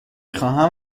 خواهم